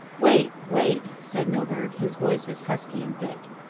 wait, wait! said milburgh. his voice was husky and thick.